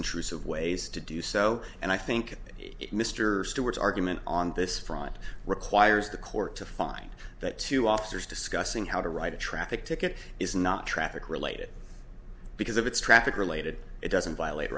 intrusive ways to do so and i think it mr stewart's argument on this front requires the court to find that two officers discussing how to write a traffic ticket is not traffic related because of it's traffic related it doesn't violate